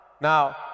now